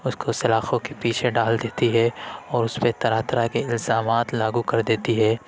اس کو سلاخوں کے پیچھے ڈال دیتی ہے اور اس پہ طرح طرح کے الزامات لاگو کر دیتی ہے